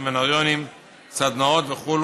סמינריונים וסדנאות וכו',